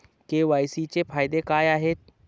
KYC चे फायदे काय आहेत?